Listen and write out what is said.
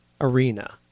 Arena